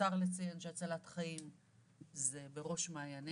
ומיותר לציין שהצלת חיים היא בראש מעיינינו.